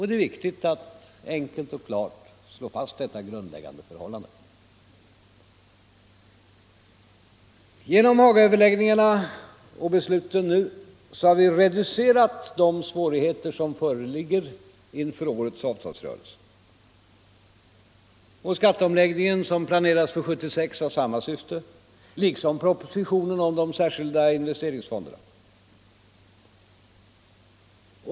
Det är viktigt att enkelt och klart slå fast detta grundläggande förhållande. Genom Hagaöverläggningarna och besluten nu har vi reducerat de svårigheter som föreligger inför årets avtalsrörelse. Den skatteomläggning som planeras för 1976 har samma syfte liksom propositionen om de särskilda investeringsfonderna.